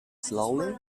slowly